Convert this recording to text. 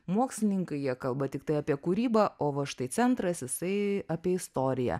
mokslininkai jie kalba tiktai apie kūrybą o va štai centras jisai apie istoriją